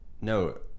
No